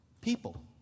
people